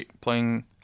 playing